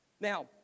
Now